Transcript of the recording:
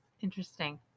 interesting